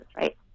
right